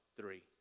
three